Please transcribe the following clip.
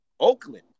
Oakland